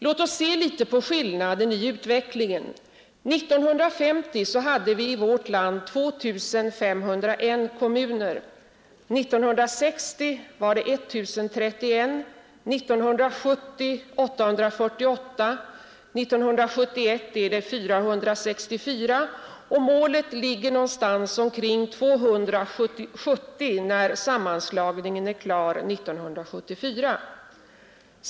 Låt oss se lite på skillnaden i utvecklingen. 1950 hade vi i vårt land 2 501 kommuner, 1960 var det 1 031, 1970 848 och 1971 är det 464. Målet ligger någonstans omkring 270 när sammanslagningen är klar 1974.